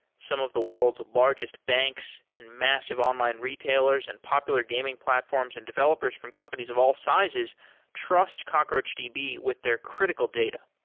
some of the world's largest banks and massive online retailers and popular gaming platforms and developers from companies of all sizes trust cockroachdb with their critical data.